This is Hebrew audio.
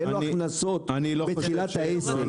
כי אין לו הכנסות בתחילת העסק.